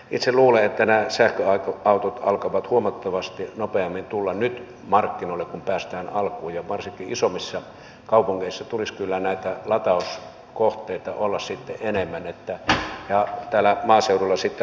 itse luulen että nämä sähköautot alkavat huomattavasti nopeammin tulla nyt markkinoille kun päästään alkuun ja varsinkin isommissa kaupungeissa tulisi kyllä näitä latauspisteitä olla sitten enemmän ja maaseudulla sitten ladattavia hybrideitä